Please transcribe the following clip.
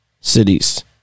cities